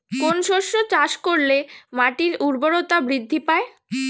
কোন শস্য চাষ করলে মাটির উর্বরতা বৃদ্ধি পায়?